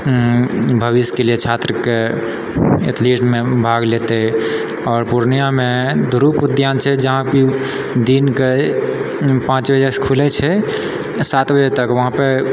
भविष्यके लिए छात्रके एथलीटमे भाग लेतै आओर पूर्णियामे ध्रुव उद्यान छै जहाँकि दिनके पाँच बजेसँ खुलै छै आओर सात बजे तक वहाँपर